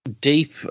deep